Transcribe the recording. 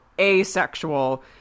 asexual